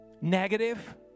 negative